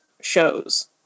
shows